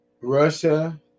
russia